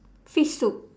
fish soup